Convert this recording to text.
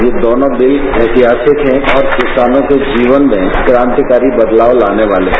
ये दोनों बिल ऐतिहासिक है और किसानों के जीवन में क्रांतिकारी बदलाव लाने वाले हैं